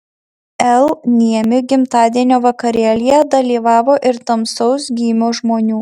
l niemi gimtadienio vakarėlyje dalyvavo ir tamsaus gymio žmonių